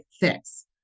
fix